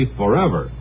forever